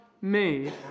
made